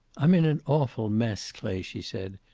i'm in an awful mess, clay, she said.